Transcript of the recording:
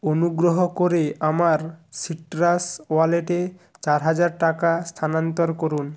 অনুগ্রহ করে আমার সিট্রাস ওয়ালেটে চার হাজার টাকা স্থানান্তর করুন